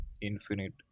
infinite